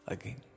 Again